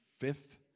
fifth